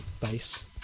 base